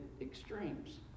extremes